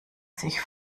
sich